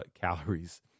calories